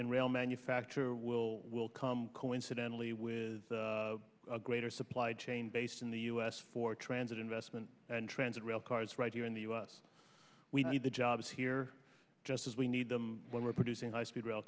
and real manufacture will will come coincidentally with a greater supply chain based in the u s for transit investment and transit rail cars right here in the u s we need the jobs here just as we need them when we're producing high speed rail